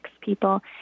people